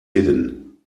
hidden